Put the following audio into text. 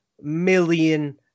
million